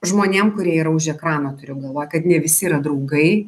žmonėm kurie yra už ekrano turiu galvoj kad ne visi yra draugai